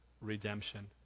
Redemption